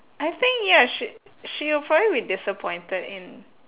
I think ya she she'll probably be disappointed in